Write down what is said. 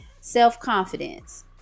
self-confidence